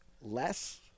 less